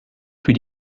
für